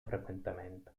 frequentemente